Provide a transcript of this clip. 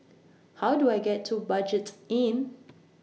How Do I get to Budget Inn